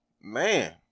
man